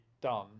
done